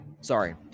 Sorry